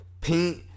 paint